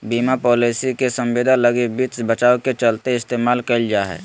बीमा पालिसी के संविदा लगी वित्त बचाव के चलते इस्तेमाल कईल जा हइ